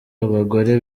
abagore